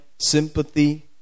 sympathy